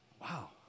wow